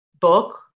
book